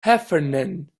heffernan